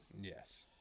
Yes